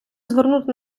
звернути